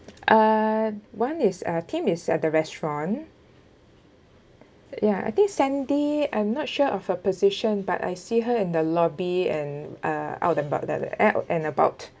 uh one is uh tim is at the restaurant ya I think sandy I'm not sure of her position but I see her in the lobby and out about the eh out and about